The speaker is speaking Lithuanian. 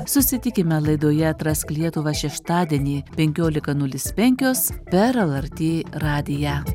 susitikime laidoje atrask lietuvą šeštadienį penkiolika nulis penkios per lrt radiją